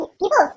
people